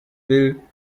will